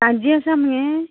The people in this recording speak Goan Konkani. ताज्जी आसा मगे